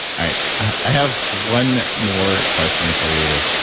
i have one more question for you.